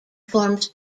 forms